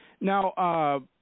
Now